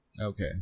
Okay